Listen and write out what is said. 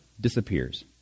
disappears